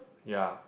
ya